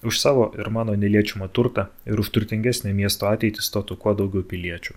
už savo ir mano neliečiamą turtą ir už turtingesnę miesto ateitį stotų kuo daugiau piliečių